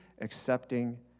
accepting